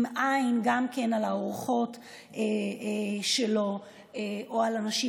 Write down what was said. עם עין גם על האורחות שלו או על אנשים